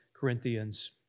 Corinthians